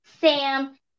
Sam